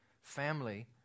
family